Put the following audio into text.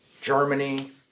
Germany